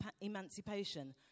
emancipation